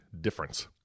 difference